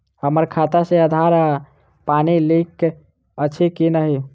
हम्मर खाता सऽ आधार आ पानि लिंक अछि की नहि?